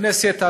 בכנסת הזאת.